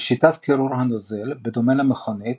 בשיטת קירור הנוזל, בדומה למכונית,